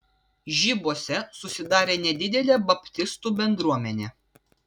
žibuose susidarė nedidelė baptistų bendruomenė